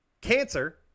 Cancer